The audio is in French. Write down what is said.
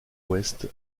ouest